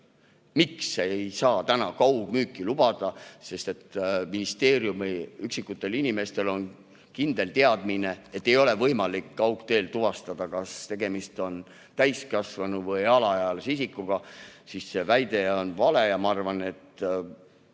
miks ei saa täna kaugmüüki lubada, see on, et ministeeriumi üksikutel inimestel on kindel teadmine, et ei ole võimalik kaugteel tuvastada, kas tegemist on täiskasvanu või alaealise isikuga, siis see väide on vale ja ma arvan, et